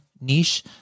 niche